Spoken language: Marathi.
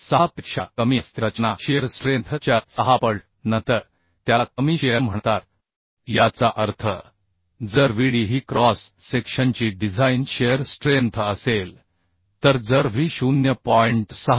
6पेक्षा कमी असते रचना शिअर स्ट्रेंथ च्या 6 पट नंतर त्याला कमी शिअर म्हणतात याचा अर्थ जर Vd ही क्रॉस सेक्शनची डिझाइन शिअर स्ट्रेंथ असेल तर जर व्ही 0